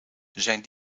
zijn